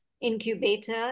incubator